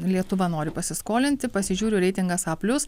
lietuva nori pasiskolinti pasižiūriu reitingas a plius